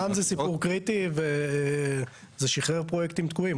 מע"מ זה סיפור קריטי, וזה שחרר פרויקטים תקועים.